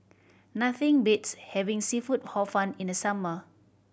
nothing beats having seafood Hor Fun in the summer